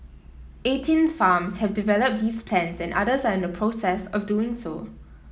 eighteen farms have developed these plans and others are in the process of doing so